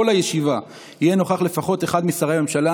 הישיבה יהיה נוכח לפחות אחד משרי הממשלה,